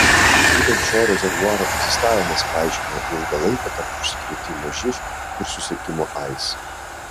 būtent šio rezervuaro egzistavimas paaiškina ilgą laiką tarp užsikrėtimo živ ir susirgimo aids